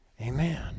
Amen